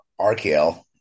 RKL